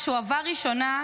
כשהוא עבר בקריאה הראשונה,